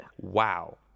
Wow